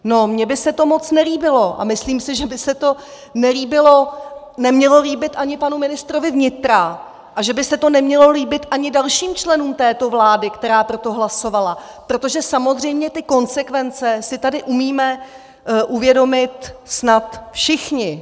No mně by se to moc nelíbilo a myslím si, že by se to nelíbilo, nemělo líbit ani panu ministrovi vnitra a že by se to nemělo líbit ani dalším členům této vlády, která pro to hlasovala, protože samozřejmě ty konsekvence si tady umíme uvědomit snad všichni.